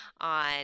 on